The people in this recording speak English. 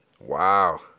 Wow